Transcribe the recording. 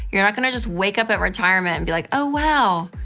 you're not gonna just wake up at retirement and be like, oh wow,